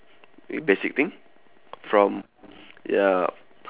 y~ basic thing from ya